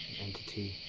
entity.